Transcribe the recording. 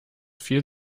viel